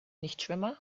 nichtschwimmer